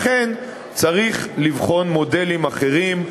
לכן צריך לבחון מודלים אחרים,